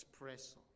espresso